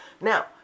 Now